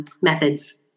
methods